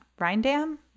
rindam